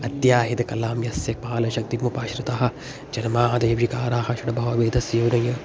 अध्याहितकलां यस्य कालशक्तिमुपाश्रिताः जन्मादयो विकाराः षड्भावभेदस्य योनयः